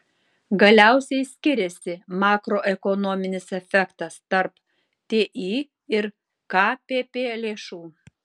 galiausiai skiriasi makroekonominis efektas tarp ti ir kpp lėšų